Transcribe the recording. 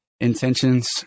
intentions